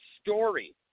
story